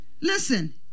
Listen